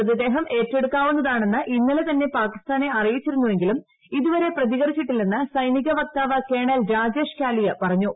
മൃതദേഹം ഏറ്റെടുക്കാവുന്നതാണെന്ന് ഇന്നലെ തന്നെ പാകിസ്ഥാനെ അറിയിച്ചിരുന്നുവെങ്കിലും ഇതുവരെ പ്രതികരിച്ചിട്ടില്ലെന്ന് സൈനിക വക്താവ് കേണൽ രാജേഷ് കാലിയ പറഞ്ഞു